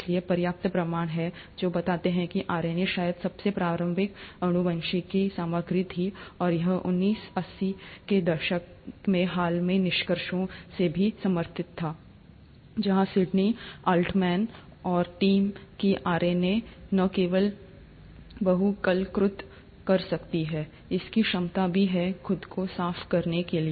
इसलिए पर्याप्त प्रमाण हैं जो बताते हैं कि आरएनए शायद सबसे प्रारंभिक आनुवंशिक सामग्री थी और यह उन्नीस अस्सी के दशक में हाल के निष्कर्षों से भी समर्थित था जहां सिडनी ऑल्टमैन और टीम कि आरएनए न केवल बहुलककृत कर सकती है इसकी क्षमता भी है खुद को साफ करने के लिए